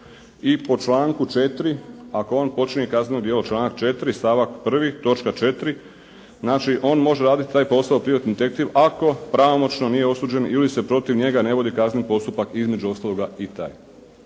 i po članku 4. ako on počini kazneno djelo članak 4. stavak 1. točka 4., znači on može raditi taj posao privatni detektiv ako pravomoćno nije osuđen ili se protiv njega ne vodi kazneni postupak između ostaloga i taj.